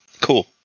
Cool